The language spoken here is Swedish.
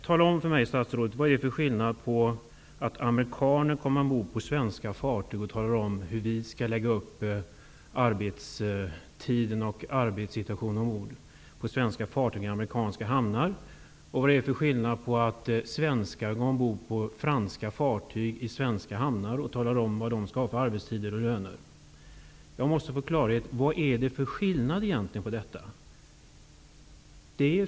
Tala om för mig, statsrådet, vad det är för skillnad mellan att amerikaner går ombord på svenska fartyg i amerikanska hamnar och talar om hur vi skall göra med arbetstiderna och arbetssituationen ombord och att svenskar går ombord på franska fartyg i svenska hamnar och talar om vilka arbetstider och löner de skall ha. Jag måste få klarhet: Vari ligger egentligen skillnaden?